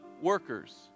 workers